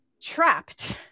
trapped